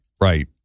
Right